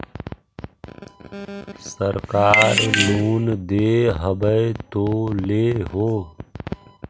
सरकार लोन दे हबै तो ले हो?